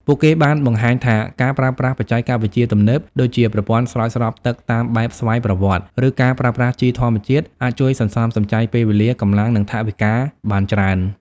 ពួកគេបានបង្ហាញថាការប្រើប្រាស់បច្ចេកវិទ្យាទំនើប ដូចជាប្រព័ន្ធស្រោចស្រពទឹកតាមបែបស្វ័យប្រវត្តិ ឬការប្រើប្រាស់ជីធម្មជាតិអាចជួយសន្សំសំចៃពេលវេលា កម្លាំង និងថវិកាបានច្រើន។